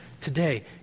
today